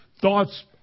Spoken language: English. thoughts